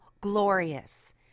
glorious